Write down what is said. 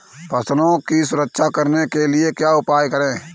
फसलों की सुरक्षा करने के लिए क्या उपाय करें?